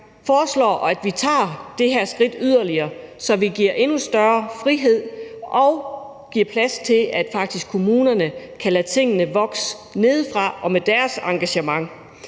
foreslår, at vi tager det her skridt yderligere, så vi giver endnu større frihed og giver plads til, at kommunerne faktisk kan lade tingene vokse nedefra med deres engagement.